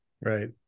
right